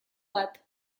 bat